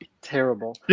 terrible